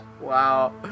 Wow